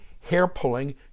hair-pulling